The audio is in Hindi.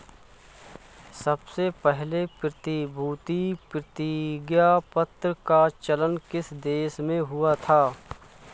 सबसे पहले प्रतिभूति प्रतिज्ञापत्र का चलन किस देश में हुआ था?